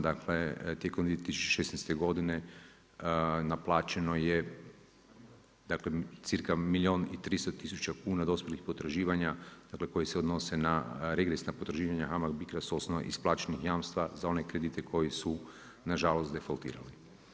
Dakle, tijekom 2016. godine naplaćeno je circa milijuna i 300 tisuća kuna dospjelih potraživanja koje se odnose na regresna potraživanja, HAMAG Bicro s osnove isplaćenih jamstva za one kredite koji su nažalost defoltirali.